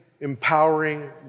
empowering